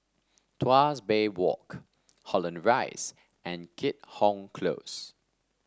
Tuas Bay Walk Holland Rise and Keat Hong Close